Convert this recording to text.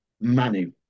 Manu